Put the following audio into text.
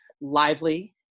lively